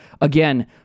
again